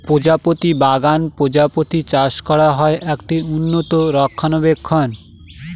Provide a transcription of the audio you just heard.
প্রজাপতি বাগান প্রজাপতি চাষ করা হয়, একটি উন্নত রক্ষণাবেক্ষণ